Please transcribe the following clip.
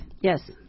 Yes